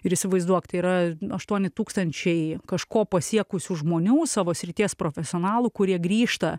ir įsivaizduok tai yra aštuoni tūkstančiai kažko pasiekusių žmonių savo srities profesionalų kurie grįžta